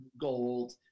gold